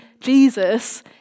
Jesus